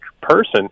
person